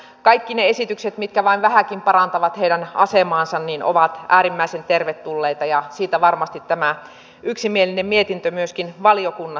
kaikki ne esitykset mitkä vain vähänkin parantavat heidän asemaansa ovat äärimmäisen tervetulleita ja siitä varmasti tämä yksimielinen mietintö myöskin valiokunnassa